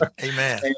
Amen